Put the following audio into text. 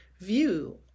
view